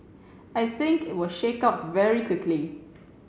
I think it will shake out very quickly